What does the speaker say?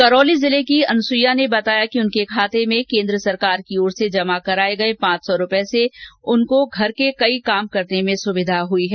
करौली जिले की प्यारबाई ने बताया कि उनके खाते में केन्द्र सरकार की ओर से जमा कराए गए पांच सौ रूपए से उनको घर के कई काम करने में सुविधा हई है